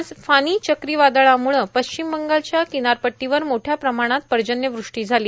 आज फानी चक्री वादळामुळं पश्चिम बंगालच्या किनारपट्टीवर मोठ्या प्रमाणात पर्जन्यवृष्टी झाली